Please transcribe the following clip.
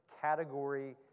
category